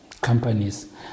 companies